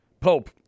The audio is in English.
Pope